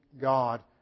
God